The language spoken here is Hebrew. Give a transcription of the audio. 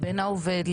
העובד,